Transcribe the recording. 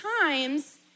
times